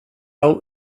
hau